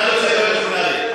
נא להוציא את חבר הכנסת בן-ארי.